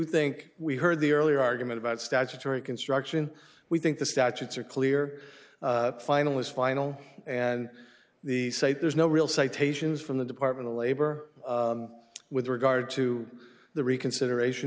think we heard the earlier argument about statutory construction we think the statutes are clear final is final and the say there's no real citations from the department of labor with regard to the reconsideration